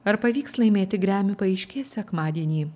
ar pavyks laimėti grammy paaiškės sekmadienį